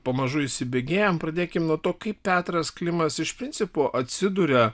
pamažu įsibėgėjam pradėkim nuo to kaip petras klimas iš principo atsiduria